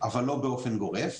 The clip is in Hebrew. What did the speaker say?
אבל לא באופן גורף,